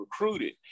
recruited